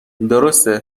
درسته